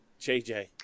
JJ